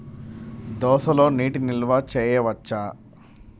దోసలో నీటి నిల్వ చేయవచ్చా?